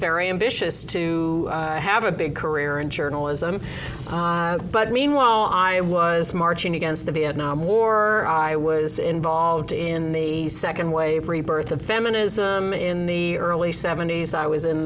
very ambitious to have a big career in journalism but meanwhile i was marching against the vietnam war i was involved in the second wave rebirth of feminism in the early seventy's i was in